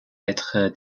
être